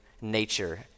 nature